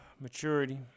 maturity